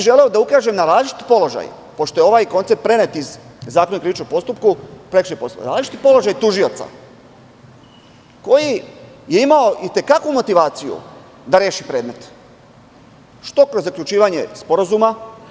Želeo bi da ukažem na različiti položaj, pošto je ovaj koncept prenet iz Zakona o prekršajnom postupku, naročito položaj tužioca koji je imao i te kakvu motivaciju da reši predmet kroz zaključivanje sporazuma.